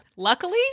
luckily